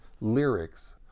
lyrics